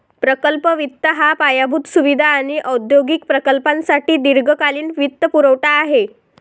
प्रकल्प वित्त हा पायाभूत सुविधा आणि औद्योगिक प्रकल्पांसाठी दीर्घकालीन वित्तपुरवठा आहे